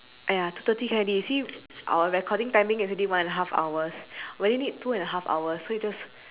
!aiya! two thirty can already see our recording timing yesterday one and a half hours we only need two and a half hours so you just